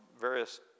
various